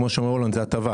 כמו שרולנד אומר, זו הטבה.